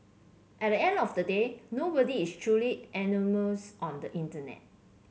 at the end of the day nobody is truly anonymous on the internet